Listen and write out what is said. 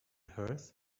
hers